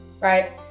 right